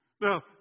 Now